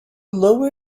lower